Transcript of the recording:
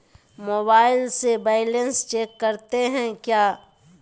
Mobile से balance check करते हैं क्या?